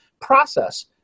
process